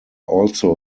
also